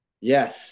Yes